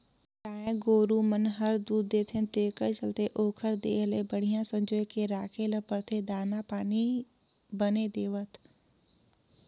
गाय गोरु मन हर दूद देथे तेखर चलते ओखर देह ल बड़िहा संजोए के राखे ल परथे दाना पानी बने देवत